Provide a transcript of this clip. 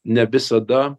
ne visada